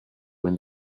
when